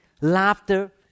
Laughter